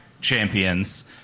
champions